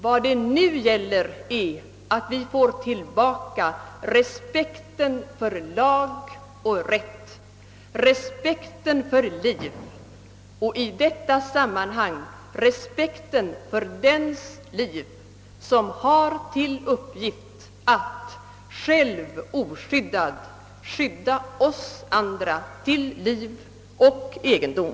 Vad det nu gäller är att vi får tillbaka respekten för lag och rätt, respekten för liv och i detta sammanhang respekten för dens liv som har till uppgift att själv oskyd dad skydda oss andra till liv och egendom.